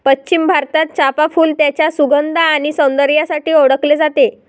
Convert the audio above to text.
पश्चिम भारतात, चाफ़ा फूल त्याच्या सुगंध आणि सौंदर्यासाठी ओळखले जाते